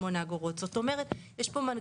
שוב אני אומרת את הדברים שאמרתי קודם לגבי המחקר